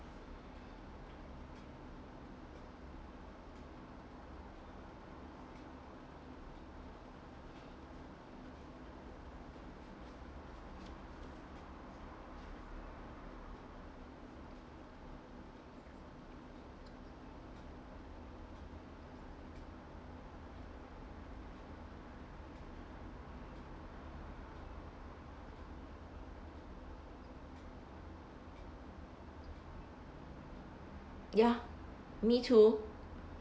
ya me too